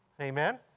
Amen